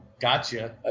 gotcha